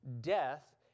death